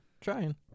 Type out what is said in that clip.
trying